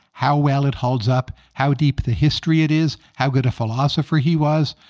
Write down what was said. how well it holds up, how deep the history it is, how good a philosopher he was,